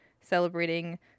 celebrating